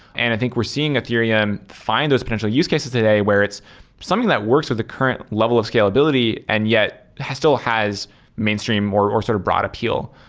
and i think we're seeing ethereum find those potential use cases today where it's something that works with the current level of scalability and yet still has mainstream or or sort of broad appeal.